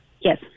Yes